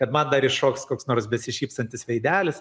kad man dar iššoks koks nors besišypsantis veidelis